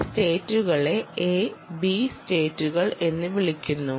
ഈ സ്റ്റേറ്റുകളെ A B സെറ്റുകൾ എന്ന് വിളിക്കുന്നു